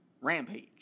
Rampage